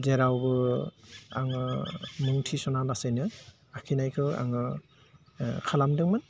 जेरावबो आङो मुं थिसना लासेनो आखिनायखौ आङो खालामदोंमोन